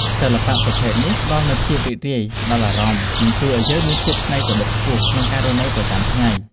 សិល្បៈប្រភេទនេះផ្តល់នូវភាពរីករាយដល់អារម្មណ៍ និង ជួយឱ្យយើងមានភាពច្នៃប្រឌិតខ្ពស់ក្នុងការរស់នៅប្រចាំថ្ងៃ។